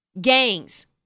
gangs